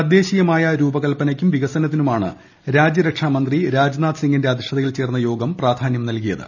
തദ്ദേശീയമായ രൂപകൽപ്പനയ്ക്കും വികസനത്തിനുമാണ് രാജ്യരക്ഷാമന്ത്രി രാജ്നാഥ്സിങ്ങിന്റെ അധ്യക്ഷതയിൽ ചേർന്ന യോഗം പ്രാധാന്യം നൽകിയത്